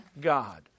God